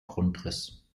grundriss